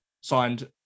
signed